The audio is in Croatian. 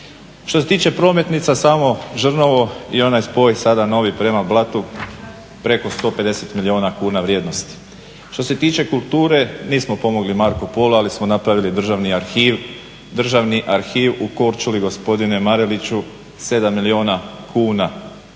Što se tiče prometnica samo Žrnovo i onaj spoj sada novi prema Blatu preko 150 milijuna kuna vrijednosti. Što se tiče kulture nismo pomogli Marku Polu, ali smo napravili Državni arhiv u Korčuli gospodine Mareliću 7 milijuna kuna Ministarstva